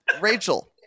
Rachel